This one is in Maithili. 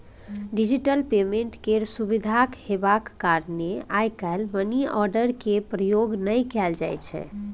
डिजिटल पेमेन्ट केर सुविधा हेबाक कारणेँ आइ काल्हि मनीआर्डर केर प्रयोग नहि कयल जाइ छै